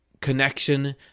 connection